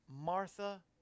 Martha